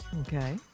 Okay